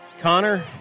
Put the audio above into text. Connor